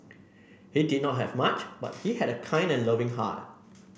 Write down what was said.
he did not have much but he had a kind and loving heart